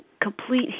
complete